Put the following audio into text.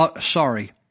sorry